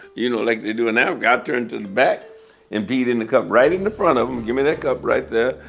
you know, like they do now. got turned to the back and peed in the cup right in and front of them. give me that cup right there.